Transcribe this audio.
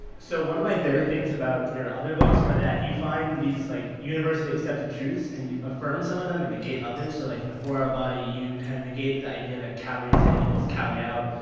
so one of my favorite things about your other books are that you find these like universally accepted and you affirm some of them and negate others. so like in the four hour body, you kind of negated the idea that calories in equals calorie out.